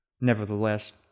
nevertheless